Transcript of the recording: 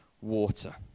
water